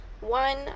One